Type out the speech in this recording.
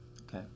Okay